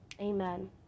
Amen